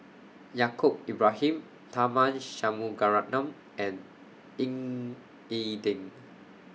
Yaacob Ibrahim Tharman Shanmugaratnam and Ying E Ding